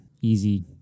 easy